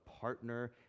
partner